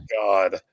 god